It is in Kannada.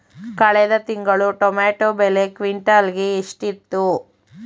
ಕಳೆದ ತಿಂಗಳು ಟೊಮ್ಯಾಟೋ ಬೆಲೆ ಕ್ವಿಂಟಾಲ್ ಗೆ ಎಷ್ಟಿತ್ತು?